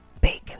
Bacon